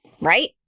right